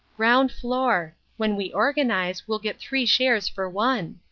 ground floor. when we organize, we'll get three shares for one.